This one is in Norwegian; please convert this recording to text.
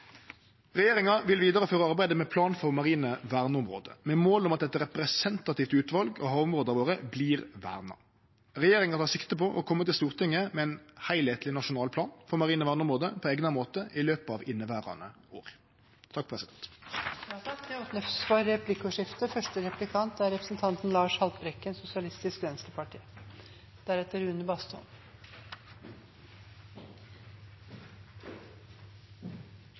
Regjeringa vil vidareføre arbeidet med plan for marine verneområde, med mål om at eit representativt utval av havområda våre vert verna. Regjeringa tek sikte på å kome til Stortinget med ein heilskapleg nasjonal plan for marine verneområde på eigna måte i løpet av inneverande år.